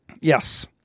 Yes